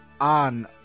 on